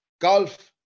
golf